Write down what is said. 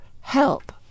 help